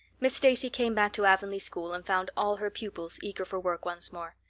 miss stacy came back to avonlea school and found all her pupils eager for work once more.